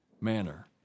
manner